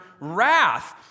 wrath